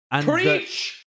Preach